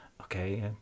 okay